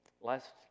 Last